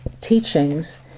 teachings